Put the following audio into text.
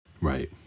Right